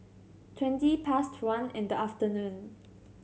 twenty past one in the afternoon